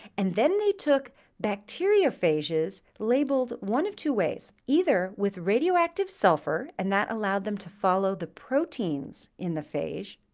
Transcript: and then they took bacteriophages labeled one of two ways. either with radioactive sulfur, and that allowed them to follow the proteins in the phage,